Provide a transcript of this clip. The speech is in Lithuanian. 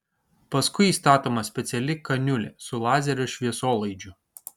paskui įstatoma speciali kaniulė su lazerio šviesolaidžiu